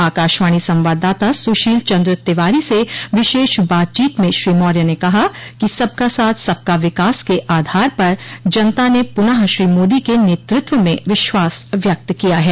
आकाशवाणी संवाददाता सुशील चन्द्र तिवारी से विशेष बातचीत में श्री मौर्य ने कहा कि सबका साथ सबका विकास के आधार पर जनता ने पुनः श्री मोदी के नेतृत्व में विश्वास व्यक्त किया है